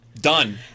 done